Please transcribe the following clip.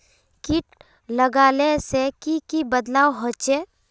किट लगाले से की की बदलाव होचए?